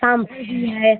सांभर भी है